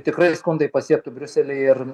tikrai skundai pasiektų briuselį ir